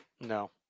No